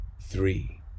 three